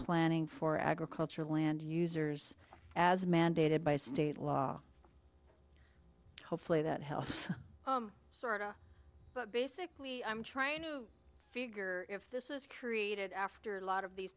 planning for agricultural land users as mandated by state law hopefully that helps sort of but basically i'm trying to figure if this is created after a lot of these